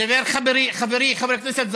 דיבר חברי חבר הכנסת זחאלקה.